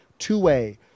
two-way